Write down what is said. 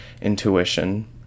intuition